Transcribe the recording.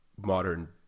modern